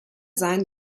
seien